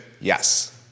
Yes